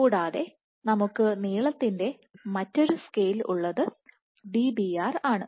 കൂടാതെ നമുക്ക് നീളത്തിൻറെ മറ്റൊരു സ്കെയിൽ ഉള്ളത് Dbr ആണ്